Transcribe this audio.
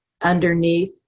underneath